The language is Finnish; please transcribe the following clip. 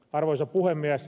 arvoisa puhemies